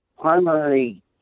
primary